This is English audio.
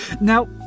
Now